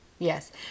Yes